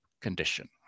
condition